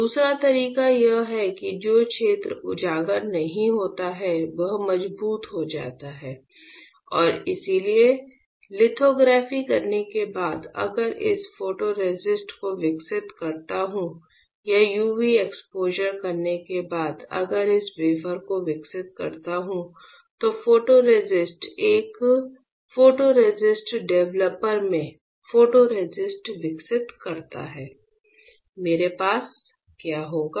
दूसरा तरीका यह है कि जो क्षेत्र उजागर नहीं होता है वह मजबूत हो जाता है और इसलिए लिथोग्राफी करने के बाद अगर इस फोटोरेसिस्ट को विकसित करता हूं या यूवी एक्सपोजर करने के बाद अगर इस वेफर को विकसित करता हूं तो फोटोरेसिस्ट एक फोटोरेसिस्ट डेवलपर में फोटोरेसिस्ट विकसित करता है मेरे पास क्या होगा